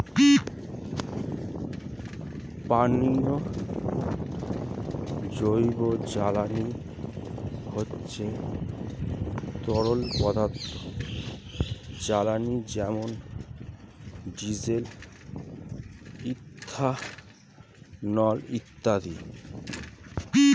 পানীয় জৈব জ্বালানি হচ্ছে তরল পদার্থ জ্বালানি যেমন ডিজেল, ইথানল ইত্যাদি